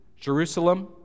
Jerusalem